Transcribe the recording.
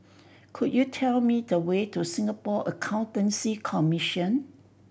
could you tell me the way to Singapore Accountancy Commission